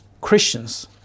Christians